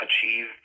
achieve